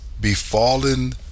befallen